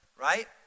right